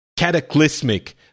cataclysmic